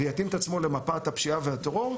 ויתאים את עצמו למפת הפשיעה והטרור.